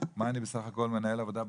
אני בסך הכול מנהל העבודה בשטח,